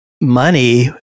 Money